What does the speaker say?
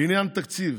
לעניין תקציב,